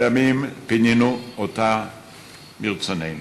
לימים, פינינו אותה מרצוננו